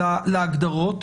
להגדרות,